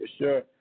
sure